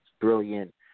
brilliant